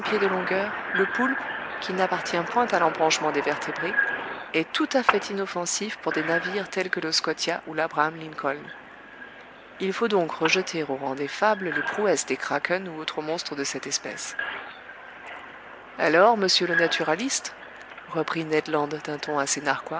de longueur le poulpe qui n'appartient point à l'embranchement des vertébrés est tout à fait inoffensif pour des navires tels que le scotia ou labraham lincoln il faut donc rejeter au rang des fables les prouesses des krakens ou autres monstres de cette espèce alors monsieur le naturaliste reprit